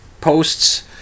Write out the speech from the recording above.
posts